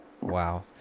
Wow